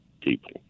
people